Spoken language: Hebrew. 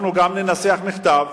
אנחנו גם ננסח מכתב,